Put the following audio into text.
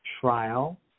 trial